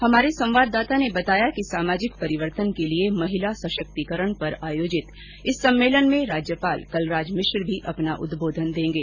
हमारे संवाददाता ने बताया कि सामाजिक परिवर्तन के लिए महिला सशक्तिकरण पर आयोजित इस सम्मेलन में राज्यपाल कलराज मिश्र मी अपना उदबोधन देंगे